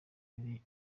yari